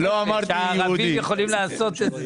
הם יכולים לעשות את זה,